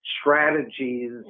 strategies